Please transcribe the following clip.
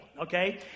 Okay